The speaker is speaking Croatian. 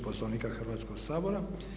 Poslovnika Hrvatskog sabora.